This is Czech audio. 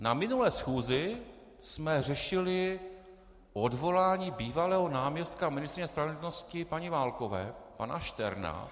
Na minulé schůzi jsme řešili odvolání bývalého náměstka ministryně spravedlnosti paní Válkové pana Šterna.